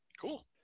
cool